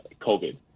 COVID